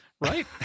right